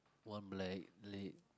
one black la~